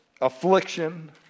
Affliction